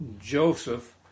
Joseph